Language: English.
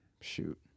shoot